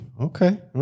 Okay